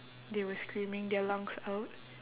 they were screaming their lungs out